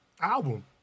album